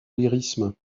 lyrisme